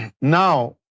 Now